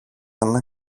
ένα